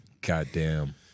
Goddamn